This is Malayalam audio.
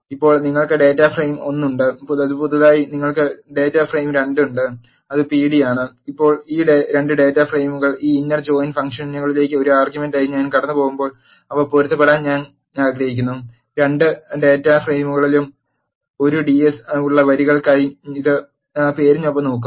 ഇപ്പോൾ നിങ്ങൾക്ക് ഡാറ്റാ ഫ്രെയിം 1 ഉണ്ട് അത് പുതിയതാണ് നിങ്ങൾക്ക് ഡാറ്റാ ഫ്രെയിം 2 ഉണ്ട് അത് പിഡി ആണ് ഇപ്പോൾ ഈ 2 ഡാറ്റ ഫ്രെയിമുകൾ ഈ ഇന്നർ ജോയിൻ ഫംഗ്ഷനിലേക്കുള്ള ഒരു ആർഗ്യുമെന്റായി ഞാൻ കടന്നുപോകുമ്പോൾ അവ പൊരുത്തപ്പെടുത്താൻ ഞാൻ ആഗ്രഹിക്കുന്നു രണ്ട് ഡാറ്റാ ഫ്രെയിമുകളിലും I ds ഉള്ള വരികൾക്കായി ഇത് പേരിനൊപ്പം നോക്കും